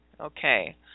Okay